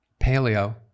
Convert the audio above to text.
paleo